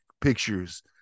pictures